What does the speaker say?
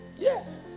Yes